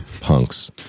punks